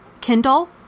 Kindle